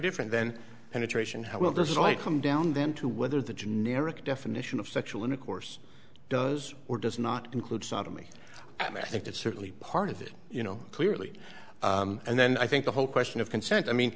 different then penetration how will this is like come down then to whether the generic definition of sexual intercourse does or does not include sodomy and i think that's certainly part of it you know clearly and then i think the whole question of consent i mean